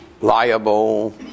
liable